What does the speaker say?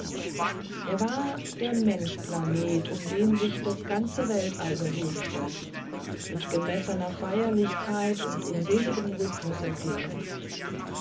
er war der mensch planet um den sich das weltall bewegte mit gemessener feierlichkeit und in seligen rhythmen erklingend